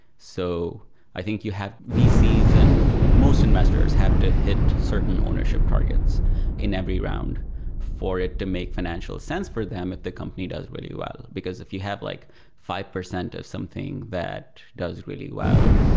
so i think you have vcs and most investors have to hit certain ownership targets in every round for it to make financial sense for them if the company does really well. because if you have like five percent of something that does really well,